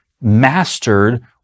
mastered